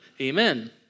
Amen